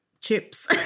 chips